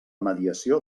mediació